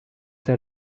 der